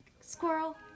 squirrel